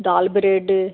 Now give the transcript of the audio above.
दाल bread